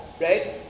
right